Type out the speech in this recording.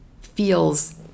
feels